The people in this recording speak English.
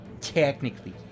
technically